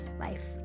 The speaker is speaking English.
life